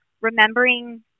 remembering